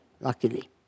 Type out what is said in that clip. luckily